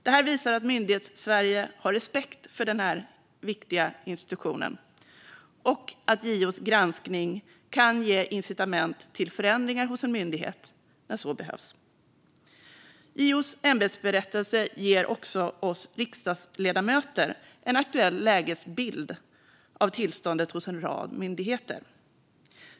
Det här visar att Myndighetssverige har respekt för denna viktiga institution och att JO:s granskning kan ge incitament till förändringar hos en myndighet när så behövs. JO:s ämbetsberättelse ger också oss riksdagsledamöter en aktuell bild av tillståndet hos en rad myndigheter.